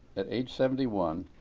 at age seventy one,